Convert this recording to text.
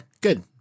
good